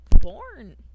born